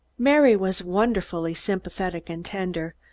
mary was wonderfully sympathetic and tender,